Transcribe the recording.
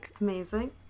Amazing